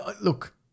look